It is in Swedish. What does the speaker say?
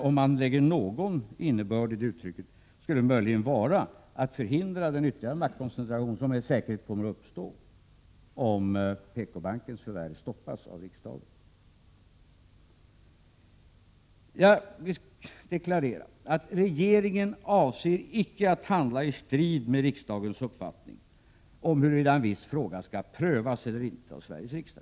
Om man lägger någon innebörd i det intrycket skulle det möjligen vara att förhindra den ytterligare maktkoncentration som säkert kommer att uppstå om PKbankens förvärv stoppas av riksdagen. Jag deklarerar att regeringen icke avser att handla i strid med riksdagens uppfattning om huruvida en viss fråga skall prövas eller inte av Sveriges riksdag.